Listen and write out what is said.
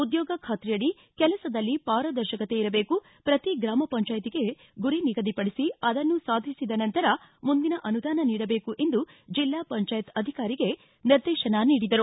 ಉದ್ಯೋಗ ಖಾತ್ರಿಯಡಿ ಕೆಲಸದಲ್ಲಿ ಪಾರದರ್ಶಕತೆ ಇರಬೇಕು ಪ್ರತಿ ಗ್ರಾಮ ಪಂಚಾಯತಿಗಳಿಗೆ ಗುರಿ ನಿಗದಿಪಡಿಸಿ ಅದನ್ನು ಸಾಧಿಸಿದ ನಂತರ ಮುಂದಿನ ಅನುದಾನ ನೀಡಬೇಕು ಎಂದು ಜಿಲ್ಲಾ ಪಂಚಾಯತ್ ಅಧಿಕಾರಿಗೆ ನಿರ್ದೇತನ ನೀಡಿದರು